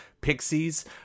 Pixies